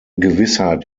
gewissheit